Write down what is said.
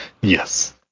Yes